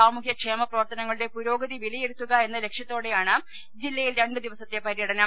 സാമൂഹ്യക്ഷേമ പ്രവർത്തനങ്ങളുടെ പുരോഗതി വിലയിരുത്തുകയെന്ന എന്ന ലക്ഷ്യത്തോടെയാണ് ജില്ലയിൽ രണ്ടുദിവസത്തെ പര്യടനം